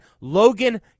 Logan